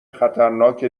خطرناک